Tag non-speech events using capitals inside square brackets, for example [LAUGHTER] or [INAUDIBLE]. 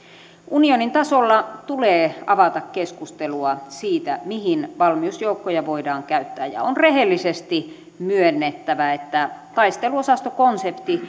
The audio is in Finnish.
unionin tasolla tulee avata keskustelua siitä mihin valmiusjoukkoja voidaan käyttää ja on rehellisesti myönnettävä että taisteluosastokonsepti [UNINTELLIGIBLE]